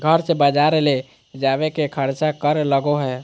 घर से बजार ले जावे के खर्चा कर लगो है?